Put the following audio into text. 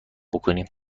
بکنیم